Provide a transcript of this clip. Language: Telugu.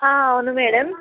అవును మేడమ్